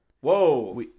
Whoa